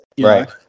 Right